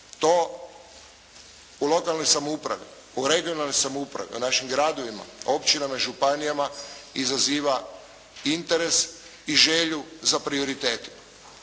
To u lokalnoj samoupravi, u regionalnoj samoupravi, u našim gradovima, općinama i županijama izaziva interes i želju za prioritetima.